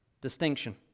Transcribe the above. distinction